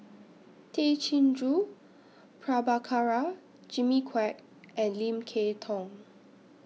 Tay Chin Joo Prabhakara Jimmy Quek and Lim Kay Tong